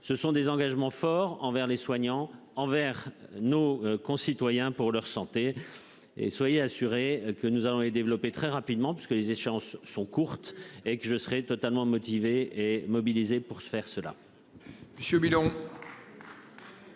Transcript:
Ce sont des engagements forts envers les soignants envers nos concitoyens pour leur santé et soyez assurés que nous allons les développer très rapidement parce que les échéances sont courtes et que je serai totalement motivés et mobilisés pour ce faire cela.--